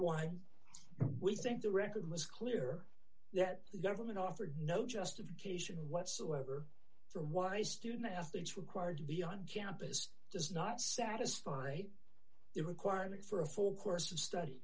one we think the record was clear that the government offered no justification whatsoever for why student athletes required to be on campus does not satisfy a requirement for a full course of study